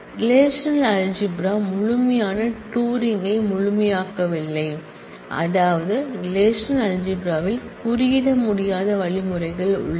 relational algebra ழுமையான Turing யை முழுமையாக்கவில்லை அதாவது ரெலேஷனல்அல்ஜிப்ரா ல் கோட் செய்ய முடியாத வழிமுறைகள் உள்ளன